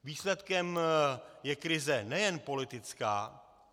Výsledkem je krize nejen politická.